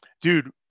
dude